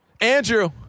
Andrew